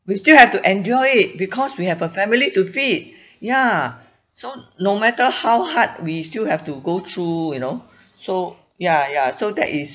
we still have to endure it because we have a family to feed ya so no matter how hard we still have to go through you know so ya ya so that is